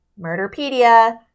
murderpedia